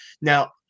Now